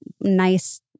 nice